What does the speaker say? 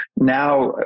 now